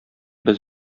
без